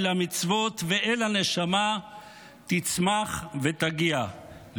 אל המצוות ואל הנשמה תצמח ותגיע,